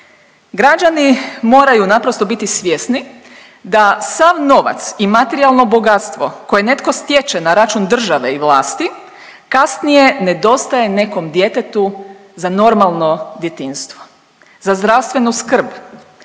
Građani moraju naprosto biti svjesni da sav novac i materijalno bogatstvo koje netko stječe na račun države i vlasti kasnije nedostaje nekom djetetu za normalno djetinjstvo, za zdravstvenu skrb